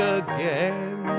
again